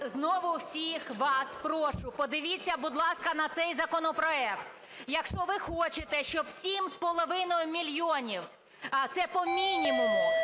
знову всіх вас прошу, подивіться, будь ласка, на цей законопроект. Якщо ви хочете, щоб 7,5 мільйона, а це по мінімуму,